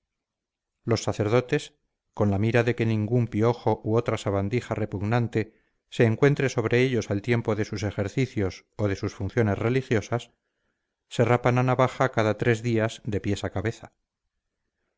los sacerdotes con la mira de que ningún piojo u otra sabandija repugnante se encuentre sobre ellos al tiempo de sus ejercicios o de sus funciones religiosas se rapan a navaja cada tres días de pies a cabeza